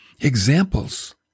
examples